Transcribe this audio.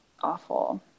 awful